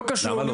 לא קשור.